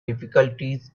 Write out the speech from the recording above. difficulties